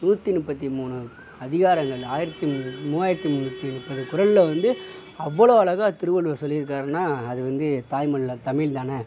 நூற்றி முப்பத்தி மூணு அதிகாரங்கள் ஆயிரத்தி மூவாயிரத்தி முன்னூற்றி முப்பது குறளில் வந்து அவ்வளோ அழகாக திருவள்ளுவர் சொல்லி இருக்காருனா அது வந்து தாய்மொழியில் தமிழ் தான